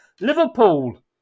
Liverpool